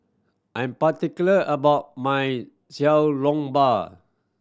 I'm particular about my Xiao Long Bao